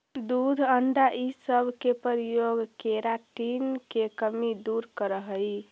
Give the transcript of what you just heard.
दूध अण्डा इ सब के प्रयोग केराटिन के कमी दूर करऽ हई